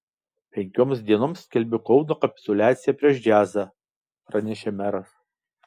penkioms dienoms skelbiu kauno kapituliaciją prieš džiazą pranešė meras